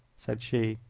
said she.